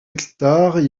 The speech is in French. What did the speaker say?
hectares